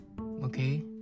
Okay